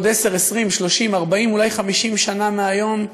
בעוד 10, 20, 30, 40, אולי 50 שנה מהיום,